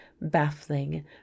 baffling